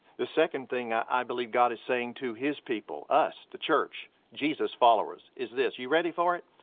the second thing i believe god is saying to his people, us, the church, jesus followers, is this. you ready for it?